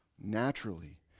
naturally